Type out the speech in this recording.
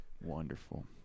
Wonderful